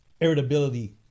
irritability